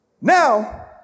Now